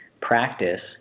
practice